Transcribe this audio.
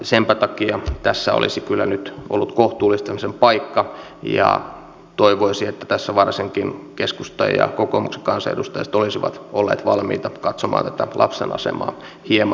senpä takia tässä olisi kyllä nyt ollut kohtuullistamisen paikka ja toivoisi että tässä varsinkin keskustan ja kokoomuksen kansanedustajat olisivat olleet valmiita katsomaan tätä lapsen asemaa hieman tarkemmin